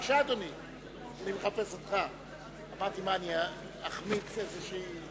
יש בקשה של ועדת הפנים והגנת הסביבה להחיל דין רציפות על הצעת חוק